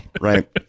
right